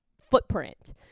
footprint